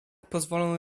pozwolą